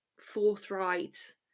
forthright